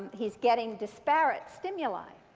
he's getting disparate stimuli.